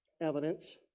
evidence